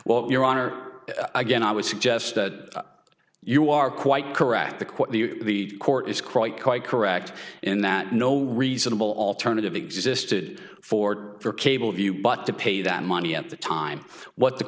well your honor again i would suggest that you are quite correct the quote the court is quite quite correct in that no reasonable alternative existed for for cable view but to pay that money at the time what the